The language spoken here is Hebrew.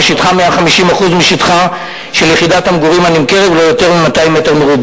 ששטחה 150% שטחה של יחידת המגורים הנמכרת ולא יותר מ-200 מ"ר.